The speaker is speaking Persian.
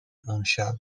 اونشب